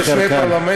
חבר בשני פרלמנטים.